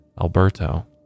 Alberto